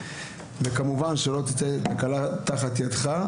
וכמובן שלא תצא תקלה תחת ידך,